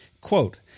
Quote